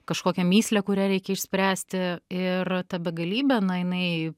kažkokią mįslę kurią reikia išspręsti ir ta begalybė na jinai